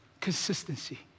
Consistency